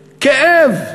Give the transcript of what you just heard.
כאב,